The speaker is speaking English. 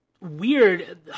weird